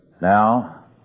Now